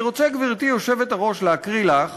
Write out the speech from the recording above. אני רוצה, גברתי היושבת-ראש, להקריא לך